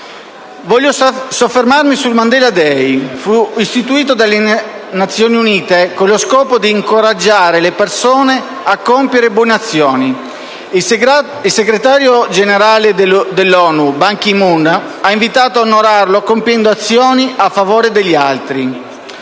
Vorrei soffermarmi sul Mandela *Day*, istituito dalle Nazioni Unite con lo scopo di incoraggiare le persone a compiere buone azioni. Il segretario generale dell'ONU Ban Ki-moon ha invitato a onorarlo compiendo azioni a favore degli altri.